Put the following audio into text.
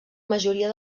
majoria